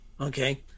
Okay